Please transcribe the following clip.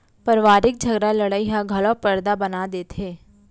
परवारिक झगरा लड़ई ह घलौ परदा बना देथे